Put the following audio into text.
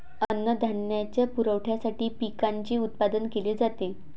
अन्नधान्याच्या पुरवठ्यासाठी पिकांचे उत्पादन केले जाते